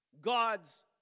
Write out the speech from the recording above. God's